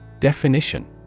Definition